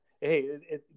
hey